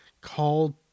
called